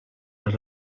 les